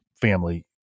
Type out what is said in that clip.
family